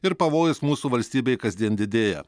ir pavojus mūsų valstybei kasdien didėja